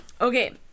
okay